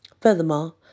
Furthermore